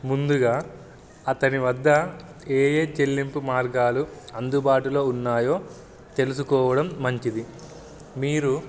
ముందుగా అతని వద్ద ఏ ఏ చెల్లింపు మార్గాలు అందుబాటులో ఉన్నాయో తెలుసుకోవడం మంచిది మీరు